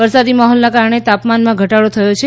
વરસાદી માહોલના કારણે તાપમાનમાં ઘટાડો થયો છે